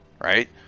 right